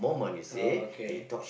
oh okay